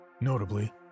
Notably